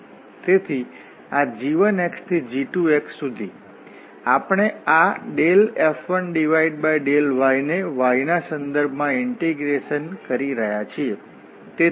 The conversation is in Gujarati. તેથી આ g1 થી g2 સુધી આપણે આ F1∂y ને y ના સંદર્ભમાં ઇન્ટીગ્રેશન કરી રહ્યાં છીએ